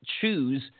choose